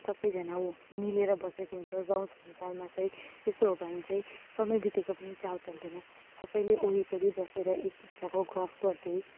सबैजाना मिलेर बसेको हुन्छ गाउँ संसारमा चाहिँ त्यस्तो भयो भने चाहिँ समय बितेको पनि चाल पाउँदैन सबैले वरिपरि बसेर एक दुस्राको गफ गर्दै